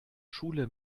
schule